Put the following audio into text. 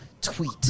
tweet